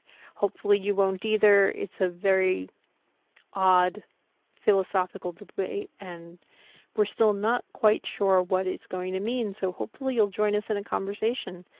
hopefully you won't either. it's a very odd philosophical debate, and we're still not quite sure what it's going to mean. so hopefully, you'll join us in a conversation.